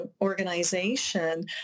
organization